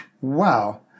Wow